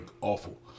awful